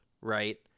right